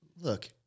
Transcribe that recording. look